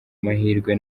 mahirwe